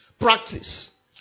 practice